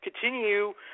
continue